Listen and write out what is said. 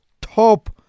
top